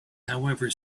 however